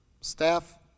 staff